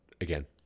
again